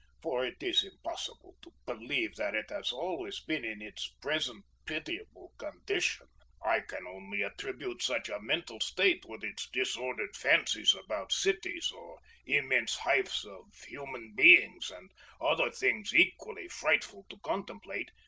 for it is impossible to believe that it has always been in its present pitiable condition. i can only attribute such a mental state, with its disordered fancies about cities, or immense hives of human beings, and other things equally frightful to contemplate,